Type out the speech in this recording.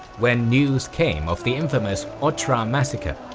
when news came of the infamous otrar massacre,